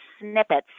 snippets